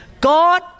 God